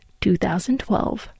2012